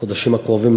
בחודשים הקרובים,